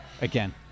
Again